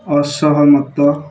ଅସହମତ